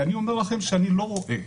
ואני אומר לכם שאני לא רואה.